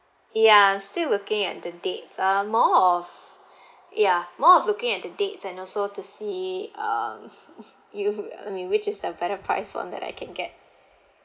ya still looking at the dates um more of ya more looking at the dates and also to see um you um which is the better price for that I can get